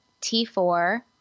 T4